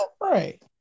Right